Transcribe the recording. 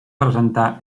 presentar